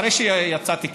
אחרי שיצאתי,